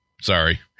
sorry